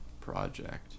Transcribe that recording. Project